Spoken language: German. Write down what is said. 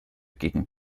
gegen